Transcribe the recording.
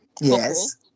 Yes